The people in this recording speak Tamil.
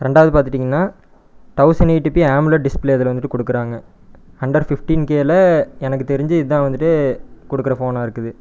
ரெண்டாவது பார்த்துட்டிங்கன்னா thousand eight p AMOLED display இதில் வந்துவிட்டு கொடுக்குறாங்க அண்டர் ஃபிஃப்டீன் கேவில் எனக்கு தெரிஞ்சு இதான் வந்துவிட்டு கொடுக்குற ஃபோனாக இருக்குது